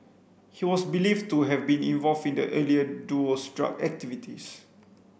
he was believed to have been involved in the earlier duo's drug activities